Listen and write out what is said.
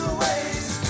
ways